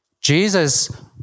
Jesus